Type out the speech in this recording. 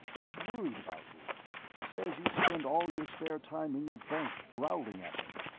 he's worried about you says you spend all your spare time in your bunk growling at him.